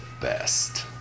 best